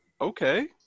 okay